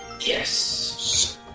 Yes